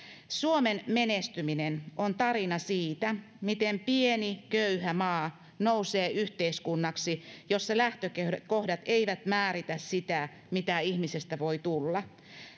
suomen menestyminen on tarina siitä miten pieni köyhä maa nousee yhteiskunnaksi jossa lähtökohdat eivät määritä sitä mitä ihmisestä voi tulla